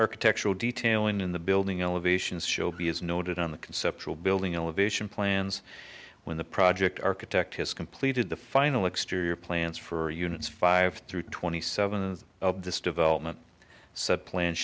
architectural detail and in the building elevations show b is noted on the conceptual building elevation plans when the project architect has completed the final exterior plans for units five through twenty seven of this development said plan